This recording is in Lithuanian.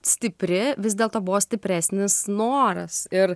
stipri vis dėlto buvo stipresnis noras ir